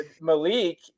Malik